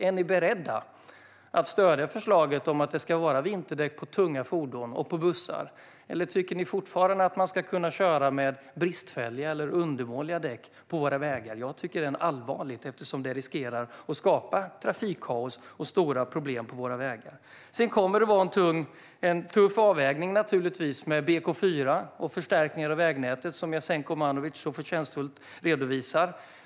Är ni beredda att stödja förslaget om att det ska vara vinterdäck på tunga fordon och på bussar, eller tycker ni fortfarande att man ska kunna köra med bristfälliga eller undermåliga däck på våra vägar? Jag tycker att det är allvarligt, eftersom det riskerar att skapa trafikkaos och stora problem på våra vägar. Sedan kommer det att vara en tuff avvägning, naturligtvis, med BK4 och förstärkningar av vägnätet, som Jasenko Omanovic så förtjänstfullt redovisade.